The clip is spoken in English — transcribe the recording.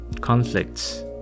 conflicts